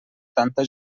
tanta